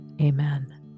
amen